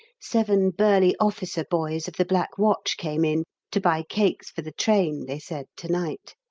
seven burly officer boys of the black watch came in to buy cakes for the train, they said, to-night.